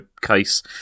case